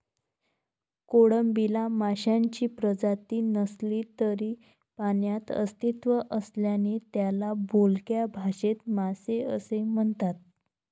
कोळंबीला माशांची प्रजाती नसली तरी पाण्यात अस्तित्व असल्याने त्याला बोलक्या भाषेत मासे असे म्हणतात